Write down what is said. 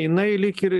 jinai lyg ir